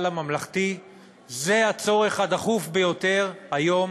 הממלכתי הוא הצורך הדחוף ביותר כיום